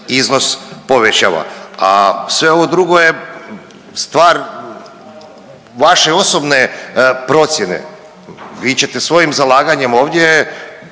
iznos povećava. A sve ovo drugo je stvar vaše osobne procjene. Vi ćete svojim zalaganjem ovdje